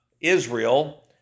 Israel